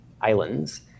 islands